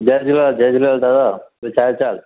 जय झूलेलाल जय झूलेलाल दादा भई छा हाल चाल